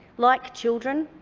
like children,